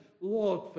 Lord